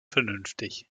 vernünftig